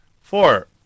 Four